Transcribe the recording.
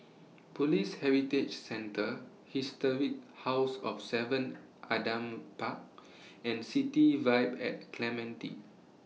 Police Heritage Centre Historic House of seven Adam Park and City Vibe At Clementi